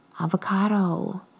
Avocado